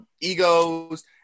egos